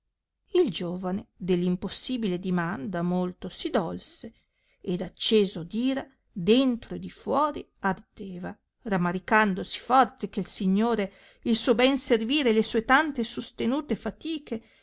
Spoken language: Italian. il giovane de l impossibile dimanda molto si dolse ed acceso d ira dentro e di fuori ardeva ramaricandosi forte che il signor il suo ben servire e le sue tante sustenute fatiche